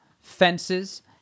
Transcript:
fences